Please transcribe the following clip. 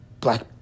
black